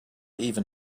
even